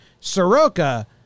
Soroka